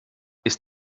ist